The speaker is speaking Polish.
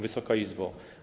Wysoka Izbo!